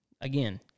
again